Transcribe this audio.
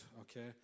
okay